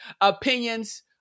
opinions